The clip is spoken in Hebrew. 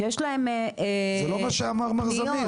שיש להם --- זה לא מה שאמר מר זמיר.